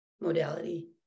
modality